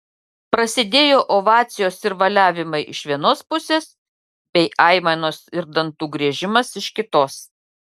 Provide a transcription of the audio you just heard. prasidėjo ovacijos ir valiavimai iš vienos pusės bei aimanos ir dantų griežimas iš kitos